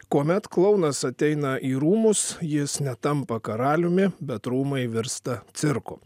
kuomet klounas ateina į rūmus jis netampa karaliumi bet rūmai virsta cirku